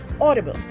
audible